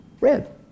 Red